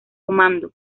comando